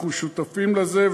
אנחנו שותפים לזה,